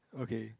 okay